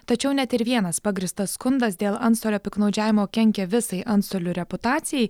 tačiau net ir vienas pagrįstas skundas dėl antstolio piktnaudžiavimo kenkia visai antstolių reputacijai